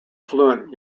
fluent